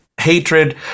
hatred